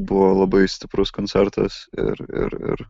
buvo labai stiprus koncertas ir ir ir